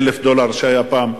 1,000 דולר שהיה פעם,